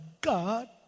God